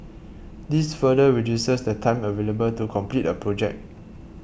this further reduces the time available to compete a project